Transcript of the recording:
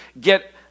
get